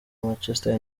manchester